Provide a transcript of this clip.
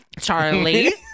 Charlie